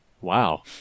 Wow